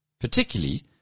particularly